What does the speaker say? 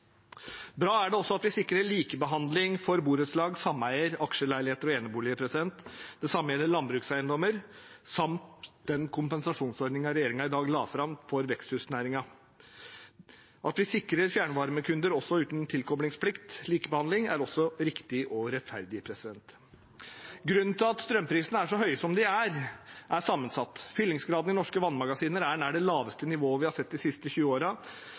Det er også bra at vi sikrer likebehandling for borettslag, sameier, aksjeleiligheter og eneboliger. Det samme gjelder landbrukseiendommer samt den kompensasjonsordningen regjeringen i dag la fram for veksthusnæringen. At vi også sikrer likebehandling for fjernvarmekunder uten tilkoblingsplikt, er også riktig og rettferdig. Grunnen til at strømprisene er så høye som de er, er sammensatt. Fyllingsgraden i norske vannmagasiner er nær det laveste nivået vi har sett de siste 20